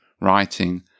writing